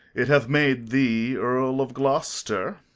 it hath made thee earl of gloucester.